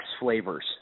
flavors